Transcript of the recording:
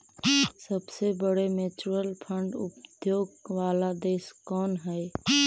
सबसे बड़े mutual fund उद्योग वाला देश कौन हई